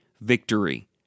victory